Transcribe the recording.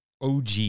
OG